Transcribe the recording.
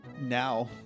Now